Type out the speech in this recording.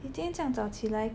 每天这样早起来